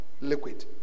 liquid